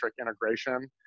integration